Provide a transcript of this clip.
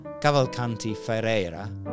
Cavalcanti-Ferreira